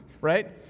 right